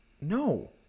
No